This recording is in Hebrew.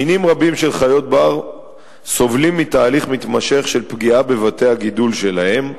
מינים רבים של חיות בר סובלים מתהליך מתמשך של פגיעה בבתי-הגידול שלהם,